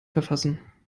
verfassen